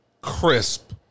Crisp